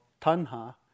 Tanha